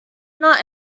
not